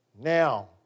Now